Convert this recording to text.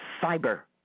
Fiber